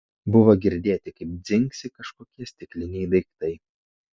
buvo girdėti kaip dzingsi kažkokie stikliniai daiktai